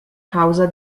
causa